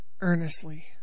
earnestly